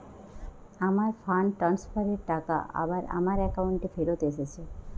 আমার fund transfer এর টাকা আবার আমার একাউন্টে ফেরত এসেছে